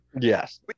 Yes